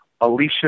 Alicia